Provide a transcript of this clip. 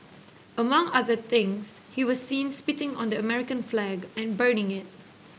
among other things he was seen spitting on the American flag and burning it